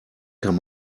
kann